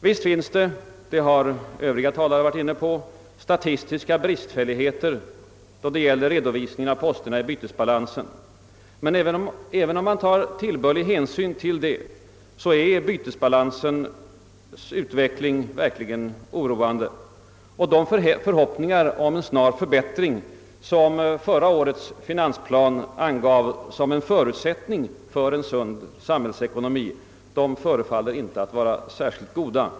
Visst finns det, vilket andra talare varit inne på, statistiska bristfälligheter beträffande redovisningen av posterna 1 bytesbalansen, men även om man tar tillbörlig hänsyn härtill, är bytesbalansens utveckling verkligen oroande. De förhoppningar om en snar förbättring, som i förra årets finansplan angavs som en förutsättning för en sund samhällsekonomi, förefaller inte vara särskilt väl grundade.